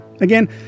Again